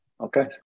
Okay